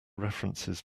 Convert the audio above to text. references